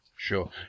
Sure